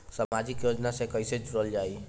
समाजिक योजना से कैसे जुड़ल जाइ?